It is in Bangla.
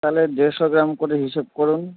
তালে ডেড়শো গ্রাম করে হিসেব করুন